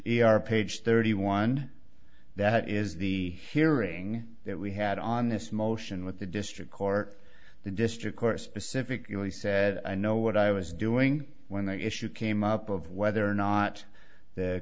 page page thirty one that is the hearing that we had on this motion with the district court the district court specifically said i know what i was doing when the issue came up of whether or not the